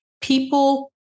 people